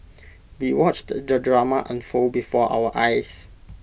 we watched the drama unfold before our eyes